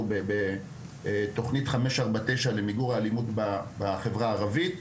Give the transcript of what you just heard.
בתוכנית 549 למיגור האלימות בחברה הערבית,